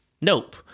Nope